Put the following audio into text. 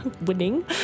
winning